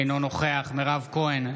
אינו נוכח מירב כהן,